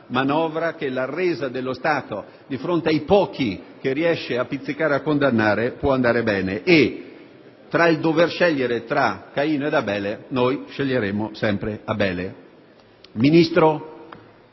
che la resa dello Stato di fronte ai pochi che riesce a pizzicare e a condannare può andare bene. Dovendo scegliere tra Caino e Abele, noi sceglieremo sempre Abele. Ministro